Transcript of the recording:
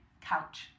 couch